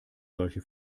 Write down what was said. solche